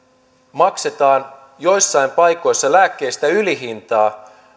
maksetaan joissain paikoissa lääkkeistä ylihintaa